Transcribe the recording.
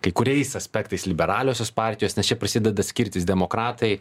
kai kuriais aspektais liberaliosios partijos nes čia prasideda skirtis demokratai